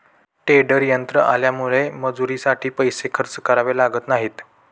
tedder यंत्र आल्यामुळे मजुरीसाठी पैसे खर्च करावे लागत नाहीत